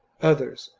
others,